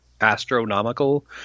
astronomical